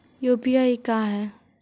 UPI का है?